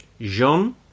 Jean